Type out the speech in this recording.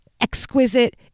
exquisite